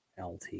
LT